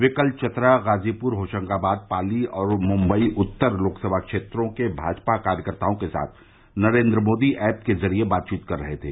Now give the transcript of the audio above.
वे कल चतरा गाजीपुर होशंगाबाद पाली और मुम्बई उत्तर लोकसभा क्षेत्रों के भाजपा कार्यकर्ताओं के साथ नरेन्द्र मोदी ऐप के जरिए बातचीत कर रहे थे